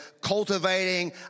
cultivating